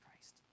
Christ